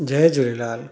Jay Jhulelal